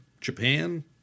Japan